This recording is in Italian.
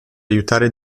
aiutare